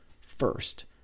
first